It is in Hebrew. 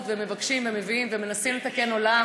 ומבקשים ומביאים ומנסים לתקן עולם,